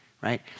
right